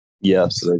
Yes